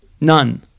None